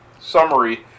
summary